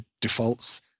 defaults